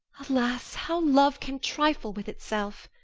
alas, how love can trifle with itself!